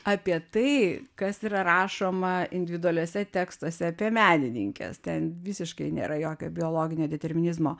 apie tai kas yra rašoma individualiuose tekstuose apie menininkes ten visiškai nėra jokio biologinio determinizmo